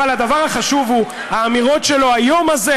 אבל הדבר החשוב הוא האמירות שלו היום הזה,